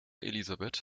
elisabeth